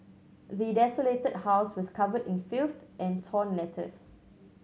the desolated house was covered in filth and torn letters